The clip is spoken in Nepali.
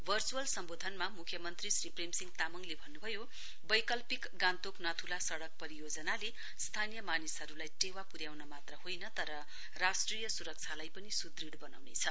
भर्चुअल सम्वोधनमा मुख्यमन्त्री श्री प्रेमसिंह तामङले भन्नुभयो वैकल्पिक गान्तोक नाथुला सड़क परियोजनाले स्थानीय मानिसहरुलाई टेवा पुर्याउन मात्र होइन तर राष्ट्रिय सुरक्षालाई सुदृढ़ पनि वनाउनेछ